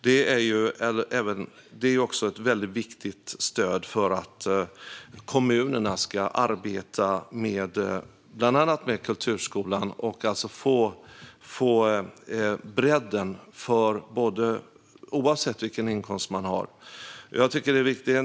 Det är ett mycket viktigt stöd för att kommunerna ska arbeta bland annat med kulturskolan och få en bredd i den, oavsett vilken inkomst människor har.